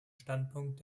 standpunkt